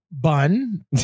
Bun